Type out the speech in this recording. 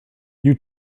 you